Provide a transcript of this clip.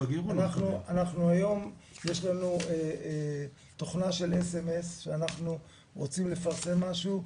היום יש לנו תוכנה של סמס שאנחנו רוצים לפרסם משהו,